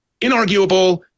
inarguable